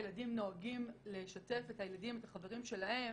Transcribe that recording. הילדים נוהגים לשתף את החברים שלהם.